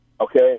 Okay